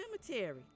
cemetery